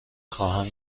خواهم